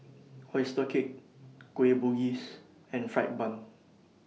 Oyster Cake Kueh Bugis and Fried Bun